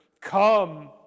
Come